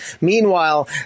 meanwhile